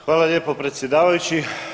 Hvala lijepo predsjedavajući.